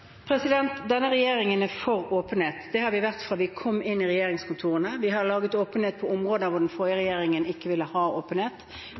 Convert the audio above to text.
Denne regjeringen er for åpenhet. Det har vi vært fra vi kom inn i regjeringskontorene. Vi har innført åpenhet på områder hvor den forrige regjeringen ikke ville ha åpenhet,